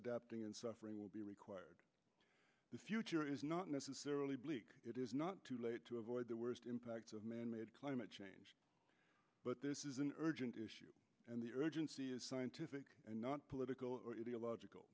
adapting and suffering will be required the future is not necessarily bleak it is not too late to avoid the worst impacts of manmade climate change but this is an urgent issue and the urgency is scientific and not political or ideological